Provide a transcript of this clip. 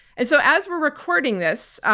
and so as we're recording this,